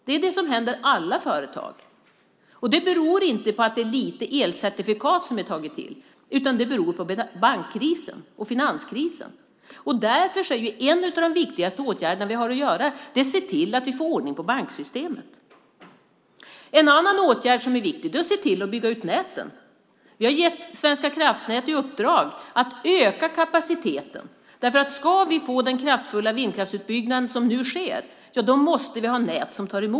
Det är det som händer alla företag. Och det beror inte på att det är lite elcertifikat som vi har tagit till, utan det beror på bankkrisen och finanskrisen. Därför är en av de viktigaste åtgärderna vi har att vidta att se till att vi får ordning på banksystemet. En annan åtgärd som är viktig är att se till att bygga ut näten. Vi har gett Svenska kraftnät i uppdrag att öka kapaciteten, för vi måste ha nät som tar emot den kraftfulla vindkraftsutbyggnad som nu sker.